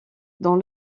dans